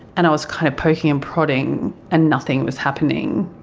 and i was kind of poking and prodding and nothing was happening.